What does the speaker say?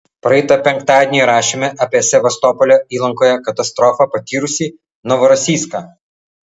praeitą penktadienį rašėme apie sevastopolio įlankoje katastrofą patyrusį novorosijską